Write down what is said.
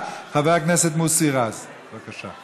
אבל בסוף הפרצוף ידוע לכולם.